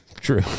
True